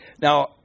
Now